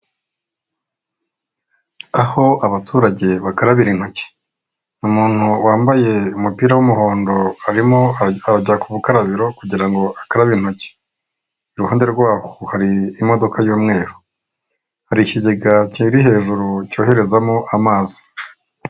Aho abaturage bakarabira intoki ,umuntu wambaye umupira w'umuhondo arimo arajya ku bukarabiro kugira ngo akarabe intoki iruhande rwabo hari imodoka y'umweru hari ikigega kiri hejuru cyoherezamo amazi .